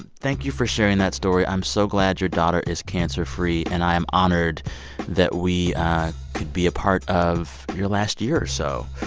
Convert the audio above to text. thank you for sharing that story. i'm so glad your daughter is cancer-free, and i am honored that we could be a part of your last year or so.